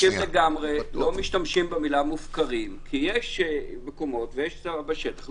לא משתמשים במילה מופקרים כי יש מקומות ויש צה"ל בשטח.